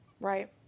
Right